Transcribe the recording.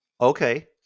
okay